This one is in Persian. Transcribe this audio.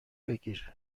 بگیر